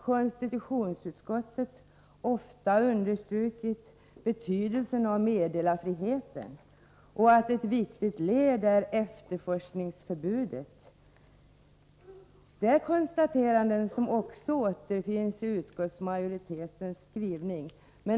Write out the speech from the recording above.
Konstitutionsutskottet har ofta understrukit betydelsen av meddelarfriheten och att ett viktigt led där är efterforskningsförbudet. Detta är konstateranden som också återfinns i utskottsmajoritetens skrivning.